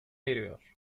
eriyor